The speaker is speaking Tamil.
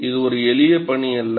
இது ஒரு எளிய பணி அல்ல